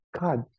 god